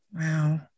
Wow